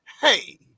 hey